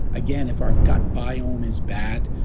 again if our gut biome is bad,